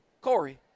Corey